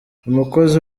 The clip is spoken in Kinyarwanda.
umukozi